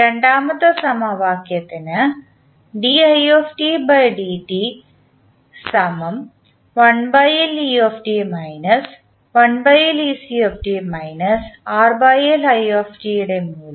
രണ്ടാമത്തെ സമവാക്യത്തിന് ൻറെ മൂല്യം